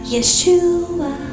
Yeshua